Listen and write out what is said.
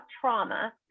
trauma